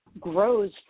grows